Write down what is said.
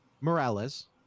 Morales